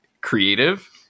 creative